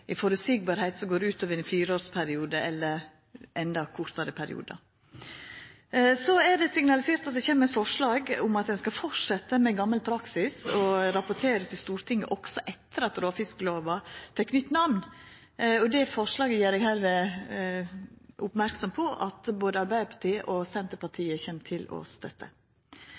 ut over ein fireårsperiode eller enda kortare periodar. Så er det signalisert at det kjem eit forslag om at ein skal fortsetja med gammal praksis og rapportera til Stortinget også etter at råfisklova fekk nytt namn. Det forslaget gjer eg hermed merksam på at både Arbeidarpartiet og Senterpartiet kjem til å